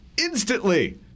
instantly